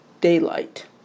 daylight